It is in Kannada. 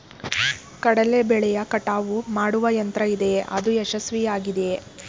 ಕಡಲೆ ಬೆಳೆಯ ಕಟಾವು ಮಾಡುವ ಯಂತ್ರ ಇದೆಯೇ? ಅದು ಯಶಸ್ವಿಯಾಗಿದೆಯೇ?